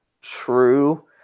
True